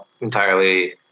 entirely